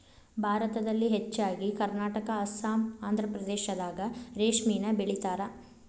ಭಾರತದಲ್ಲಿ ಹೆಚ್ಚಾಗಿ ಕರ್ನಾಟಕಾ ಅಸ್ಸಾಂ ಆಂದ್ರಪ್ರದೇಶದಾಗ ರೇಶ್ಮಿನ ಬೆಳಿತಾರ